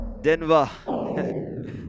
Denver